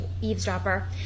eavesdropper